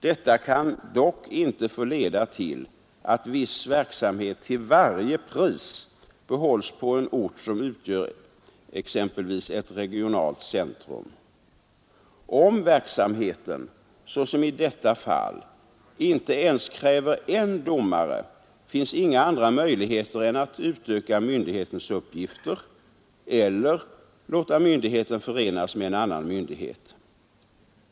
Detta kan dock inte få leda till att viss verksamhet till varje pris behålls på en ort som utgör exempelvis ett regionalt centrum. Om verksamheten, såsom i detta fall, inte ens kräver en domare finns inga andra möjligheter än att utöka myndighetens uppgifter eller låta myndigheten förenas med en annan myndighet.